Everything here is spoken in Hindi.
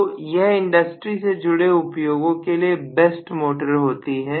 तो यह इंडस्ट्री से जुड़े उपयोगों के लिए बेस्ट मोटर होती है